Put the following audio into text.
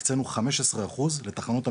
הקצנו 15 אחוז לתחנות המשטרה,